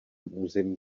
území